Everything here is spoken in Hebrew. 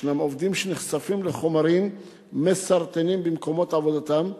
ישנם עובדים שנחשפים לחומרים מסרטנים במקומות עבודתם.